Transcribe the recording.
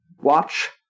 watch